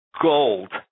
gold